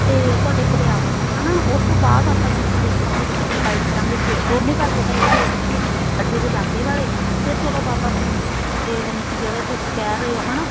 ਅਤੇ ਤੁਹਾਡੇ ਕੋਲ ਆਵਾਂਗੇ ਹੈ ਨਾ ਉਸ ਤੋਂ ਬਾਅਦ ਆਪਾਂ ਯਾਨੀ ਕਿ ਦੇਖਾਂਗੇ ਕੀ ਡਿਸਾਈਡ ਕਰਾਂਗੇ ਦੋਨੇ ਘਰ ਪਹਿਲਾਂ ਇਹ ਵੇਖ ਲਈਏ ਅੱਡੇ ਦੇ ਲਾਗੇ ਵਾਲੇ ਫਿਰ ਚਲੋ ਬਾਬਾ ਫਰੀਦ ਜੀ ਦੇ ਕੋਲ ਯਾਨੀ ਕਿ ਜਿਹੜੇ ਤੁਸੀਂ ਕਹਿ ਰਹੇ ਹੋ ਹੈ ਨਾ